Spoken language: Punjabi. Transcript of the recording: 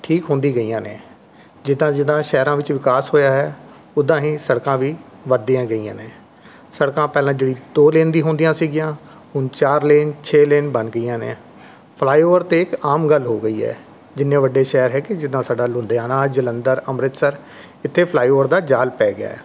ਠੀਕ ਹੁੰਦੀ ਗਈਆਂ ਨੇ ਜਿੱਦਾਂ ਜਿੱਦਾਂ ਸ਼ਹਿਰਾਂ ਵਿੱਚ ਵਿਕਾਸ ਹੋਇਆ ਹੈ ਉੱਦਾਂ ਹੀ ਸੜਕਾਂ ਵੀ ਵੱਧਦੀਆਂ ਗਈਆਂ ਨੇ ਸੜਕਾਂ ਪਹਿਲਾਂ ਜਿਹੜੀ ਦੋ ਲੇਨ ਦੀ ਹੁੰਦੀਆਂ ਸੀਗੀਆਂ ਹੁਣ ਚਾਰ ਲੇਨ ਛੇ ਲੇਨ ਬਣ ਗਈਆਂ ਨੇ ਫਲਾਈਓਵਰ ਤਾਂ ਇੱਕ ਆਮ ਗੱਲ ਹੋ ਗਈ ਹੈ ਜਿੰਨੇ ਵੱਡੇ ਸ਼ਹਿਰ ਹੈ ਕਿ ਜਿੱਦਾਂ ਸਾਡਾ ਲੁਧਿਆਣਾ ਜਲੰਧਰ ਅੰਮ੍ਰਿਤਸਰ ਇੱਥੇ ਫਲਾਈਓਵਰ ਦਾ ਜਾਲ ਪੈ ਗਿਆ